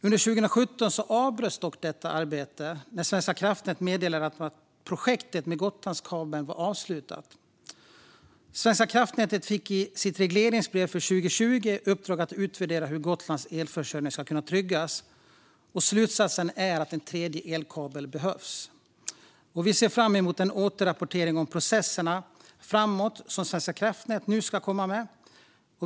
Under 2017 avbröts dock detta arbete när Svenska kraftnät meddelade att projektet med Gotlandskabeln var avslutat. Svenska kraftnät fick i sitt regleringsbrev för 2020 i uppdrag att utvärdera hur Gotlands elförsörjning ska kunna tryggas. Slutsatsen är att en tredje elkabel behövs. Vi ser fram emot den återrapportering om processerna framåt som Svenska kraftnät nu ska komma med.